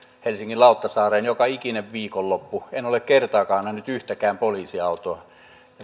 helsingin lauttasaareen joka ikinen viikonloppu en ole kertaakaan nähnyt yhtäkään poliisiautoa